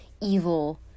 evil